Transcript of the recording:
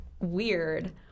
weird